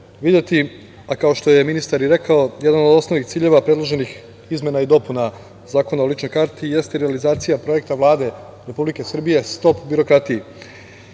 videti, a kao što je ministar i rekao, jedan od osnovnih ciljeva predloženih izmena i dopuna Zakona o ličnoj karti, jeste realizacija projekta Vlade Republike Srbije „Stop birokratiji“,